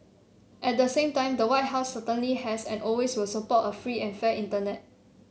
at the same time the White House certainly has and always will support a free and fair internet